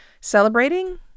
celebrating